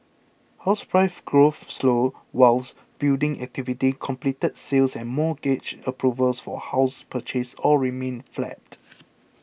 house price growth slowed whilst building activity completed sales and mortgage approvals for house purchase all remained flat